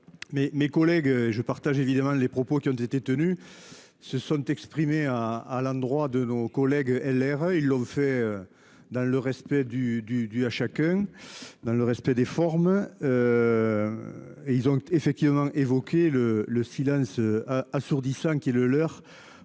mes collègues je partage évidemment les propos qui ont été tenus, se sont exprimés à à l'endroit de nos collègues LR, ils l'ont fait. Dans le respect du du du à chacun. Dans le respect des formes. Et ils ont effectivement évoqué le le silence. Assourdissant qui est le leur,